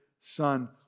son